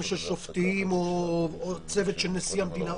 של שופטים או צוות של נשיא המדינה.